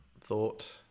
Thought